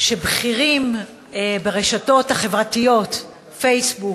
שבכירים ברשתות החברתיות פייסבוק,